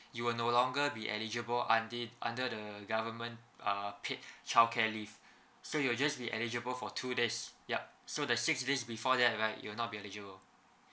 you will no longer be eligible until under the government err paid childcare leave so you will just be eligible for two days yup so the six days before that right you will not be eligible